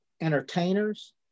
entertainers